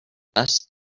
best